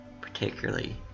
particularly